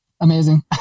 Amazing